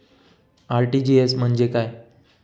RTGS म्हणजे काय?